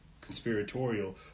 conspiratorial